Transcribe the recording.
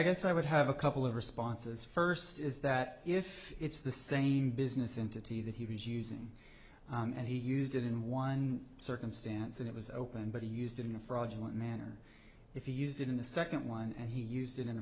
guess i would have a couple of responses first is that if it's the same business entity that he was using and he used it in one circumstance and it was open but he used it in a fraudulent manner if he used it in the second one and he used it in a